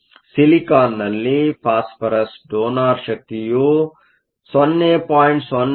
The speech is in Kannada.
ಸಿಲಿಕಾನ್ನಲ್ಲಿ ಫಾಸ್ಫರಸ್Phosphorus ಡೋನರ್ ಶಕ್ತಿಯು 0